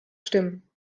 stimmen